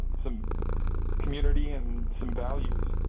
some community and some values.